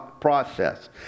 process